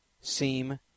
seem